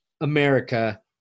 America